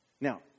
Now